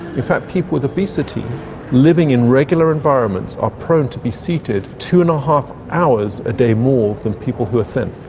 in fact people with obesity living in regular environments are prone to be seated two and a half hours a day more than people who are thin.